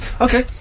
Okay